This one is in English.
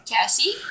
Cassie